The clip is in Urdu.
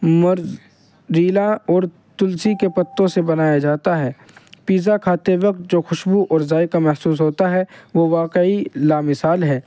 مر ضیلا اور تلسی کے پتوں سے بنایا جاتا ہے پیزا کھاتے وقت جو خوشبو اور ذائقہ محسوس ہوتا ہے وہ واقعی لا مثال ہے